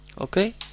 Okay